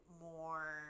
more